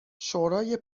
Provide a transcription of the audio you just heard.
شورای